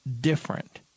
different